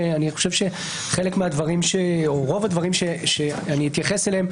ואני חושב שרוב הדברים שאני אתייחס אליהם,